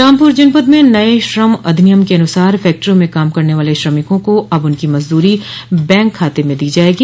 रामपुर जनपद में नये श्रम अधिनियम के अनुसार फैक्ट्रियों में काम करने वाले श्रमिकों को अब उनकी मजदूरी बैंक खाते में दी जायेगी